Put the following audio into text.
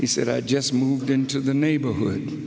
he said i just moved into the neighborhood